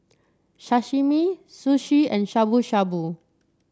Sashimi Sushi and Shabu Shabu